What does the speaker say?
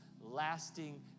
lasting